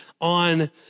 on